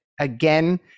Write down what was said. again